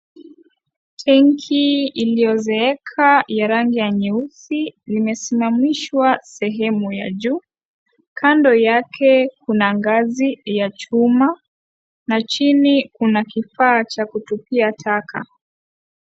Tenki iliyozeeka ya rangi ya nyeusi, limesimamishwa sehemu ya juu. Kando yake kuna ngazi ya chuma, na chini kuna kifaa cha kutupia taka.